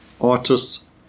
artists